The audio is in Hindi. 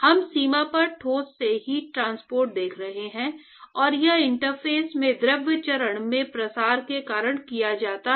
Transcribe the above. हम सीमा पर ठोस से हीट ट्रांसपोर्ट देख रहे हैं और यह इंटरफेस में द्रव चरण में प्रसार के कारण किया जाता है